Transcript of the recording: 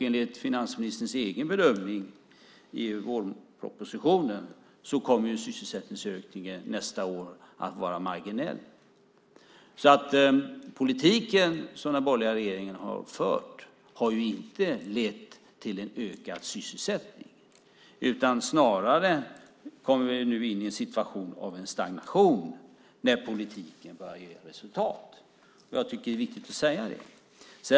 Enligt finansministerns egen bedömning i vårpropositionen kommer sysselsättningsökningen att vara marginell nästa år. Den politik som den borgerliga regeringen har fört har inte lett till en ökad sysselsättning. Vi kommer snarare in i en stagnation nu när politiken börjar ge resultat. Jag tycker att det är viktigt att säga det.